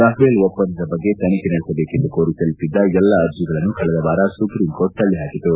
Rafale ಒಪ್ಪಂದದ ಬಗ್ಗೆ ತನಿಖೆ ನಡೆಸಬೇಕೆಂದು ಕೋರಿ ಸಲ್ಲಿಸಿದ್ದ ಎಲ್ಲಾ ಅರ್ಜಿಗಳನ್ನು ಕಳೆದ ವಾರ ಸುಪ್ರೀಂಕೋರ್ಟ್ ತಳ್ಳಹಾಕಿತು